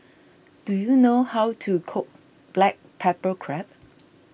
do you know how to cook Black Pepper Crab